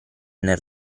nel